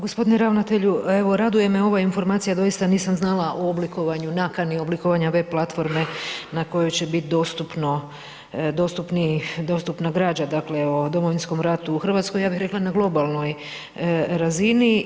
Gospodine ravnatelju, evo raduje me ova informacija, doista nisam znala o oblikovanju, nakani oblikovanja web platforme na kojoj će biti dostupna građa dakle o Domovinskom ratu u Hrvatskoj ja bih rekla na globalnoj razini.